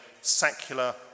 secular